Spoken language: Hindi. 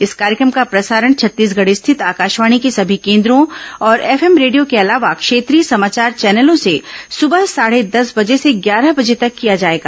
इस कार्यक्रम का प्रसारण छत्तीसगढ़ स्थित आकाशवाणी के सभी केन्द्रों और एफएम रेडियो के अलावा क्षेत्रीय समाचार चैनलों से सुबह साढ़े दस बजे से ग्यारह बजे तक किया जाएगा